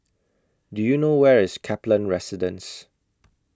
Do YOU know Where IS Kaplan Residence